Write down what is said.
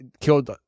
killed